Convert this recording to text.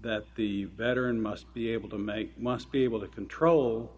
that the veteran must be able to make must be able to control